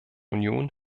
union